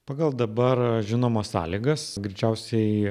pagal dabar žinomas sąlygas greičiausiai